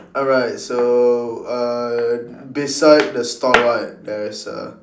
alright so uh beside the stall right there is a